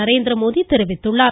நரேந்திரமோடி தெரிவித்துள்ளார்